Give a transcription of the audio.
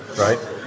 right